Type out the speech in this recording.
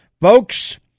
Folks